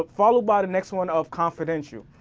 followed by the next one of confidential.